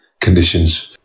conditions